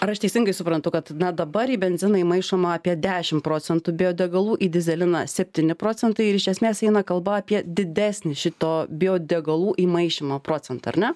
ar aš teisingai suprantu kad na dabar į benziną įmaišoma apie dešimt procentai biodegalų į dyzeliną septyni procentai ir iš esmės eina kalba apie didesnį šito biodegalų įmaišymo procentą ar ne